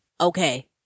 okay